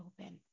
open